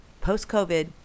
post-covid